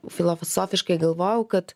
filosofiškai galvojau kad